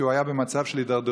כי הוא היה במצב של הידרדרות.